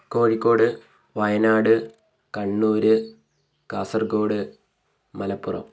Kozhikode Wayanad Kannur Kasaragod Malappuram